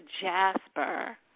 jasper